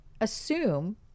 assume